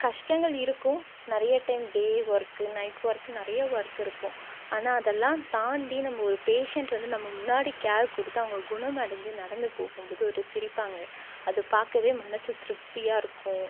கஷ்டங்கள் இருக்கும் நிறைய time day work night work நிறைய ஒர்க் இருக்கும் ஆனால் அதெல்லாம் தாண்டி நம்ம ஒரு பேஷண்ட் வந்து நம்ம முன்னாடி கேர் கொடுத்து அவங்க குணமடைஞ்சு நடந்து போகும்போது ஒரு சிரிப்பாங்க அது பார்க்கவே மனது திருப்தியாக இருக்கும்